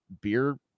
beer